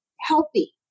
healthy